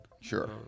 Sure